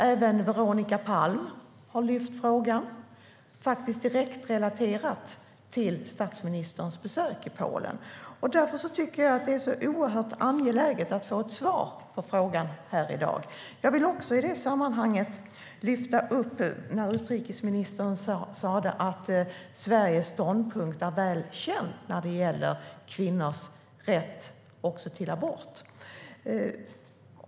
Även Veronica Palm har lyft fram frågan, faktiskt direkt relaterat till statsministerns besök i Polen. Därför tycker jag att det är oerhört angeläget att få ett svar på frågan här i dag. Utrikesministern sa att Sveriges ståndpunkt när det gäller kvinnors rätt till abort är väl känd.